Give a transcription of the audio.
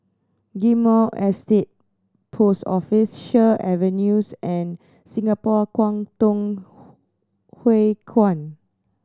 Ghim Moh Estate Post Office Sheares Avenues and Singapore Kwangtung Hui Kuan